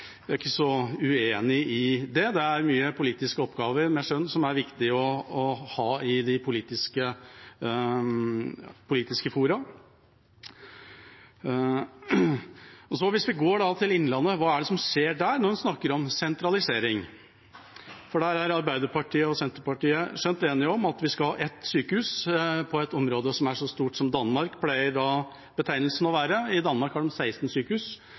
er ikke så uenig i det. Det er mange politiske oppgaver, der skjønn er viktig å ha i politiske fora. Hvis vi så går til Innlandet: Hva er det som skjer der når en snakker om sentralisering? Der er Arbeiderpartiet og Senterpartiet skjønt enige om at vi skal ha ett sykehus på et område som er så stort som Danmark, som betegnelsen pleier å være. I Danmark har de 16 sykehus,